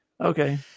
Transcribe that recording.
okay